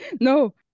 No